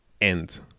end